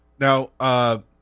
Now